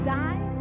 die